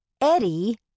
Eddie